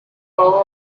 cover